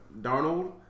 Darnold